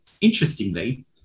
Interestingly